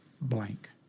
blank